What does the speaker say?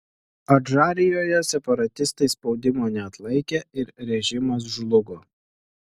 adžarijoje separatistai spaudimo neatlaikė ir režimas žlugo